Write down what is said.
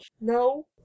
No